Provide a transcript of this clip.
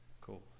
Cool